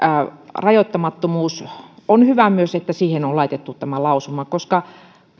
rajoittamattomuus on hyvä myös että siihen on laitettu tämä lausuma koska